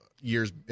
years